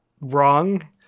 wrong